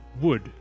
wood